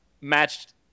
Matched